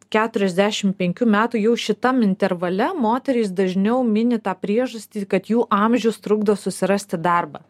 keturiasdešimt penkių metų jau šitam intervale moterys dažniau mini tą priežastį kad jų amžius trukdo susirasti darbą